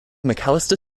mcallister